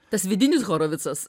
tas vidinis horovicas